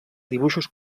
dibuixos